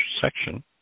section